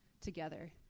together